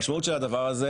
בפועל, המשמעות של הדבר הזה